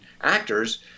actors